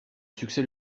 succès